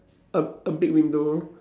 a a big window